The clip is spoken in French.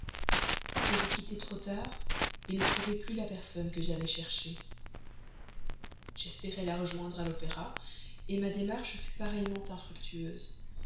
je vous quittai trop tard ne trouvai plus la personne que j'allais chercher j'espérais la rejoindre à l'opéra ma démarche fut pareillement infructueuse